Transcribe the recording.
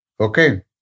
okay